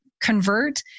convert